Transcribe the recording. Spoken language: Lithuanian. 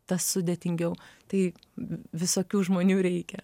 tas sudėtingiau tai visokių žmonių reikia